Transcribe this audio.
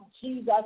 Jesus